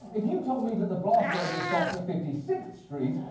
if you told me that the blast radius stops at fifty sixth street,